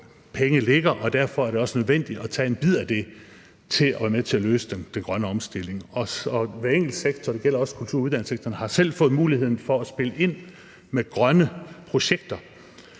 store penge ligger, og derfor er det også nødvendigt at tage en bid af det for at nå den grønne omstilling. Hver enkelt sektor, og det gælder også kultur- og uddannelsessektoren, har selv fået mulighed for at spille ind med grønne projekter,